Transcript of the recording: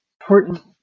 important